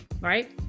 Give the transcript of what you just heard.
right